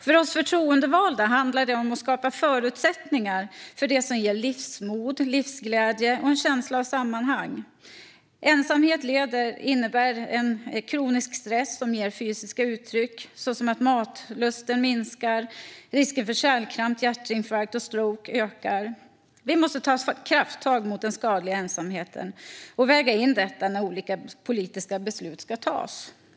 För oss förtroendevalda handlar det om att skapa förutsättningar för det som ger livsmod, livsglädje och en känsla av sammanhang. Ensamhet innebär kronisk stress som tar sig fysiska uttryck såsom att matlusten minskar och risken för kärlkramp, hjärtinfarkt och stroke ökar. Vi måste ta krafttag mot den skadliga ensamheten och väga in detta när olika politiska beslut ska fattas.